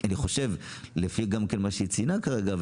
אני חושב גם לפי מה שהיא ציינה כרגע,